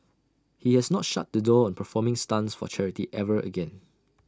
he has not shut the door on performing stunts for charity ever again